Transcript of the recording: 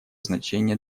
значение